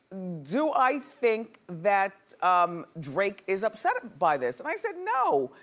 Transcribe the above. do i think that drake is upset by this? and i said no.